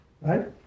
right